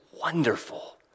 wonderful